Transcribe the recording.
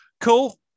cool